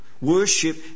Worship